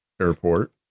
Airport